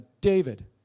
David